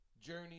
journey